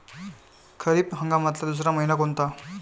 खरीप हंगामातला दुसरा मइना कोनता?